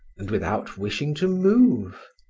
and without wishing to move.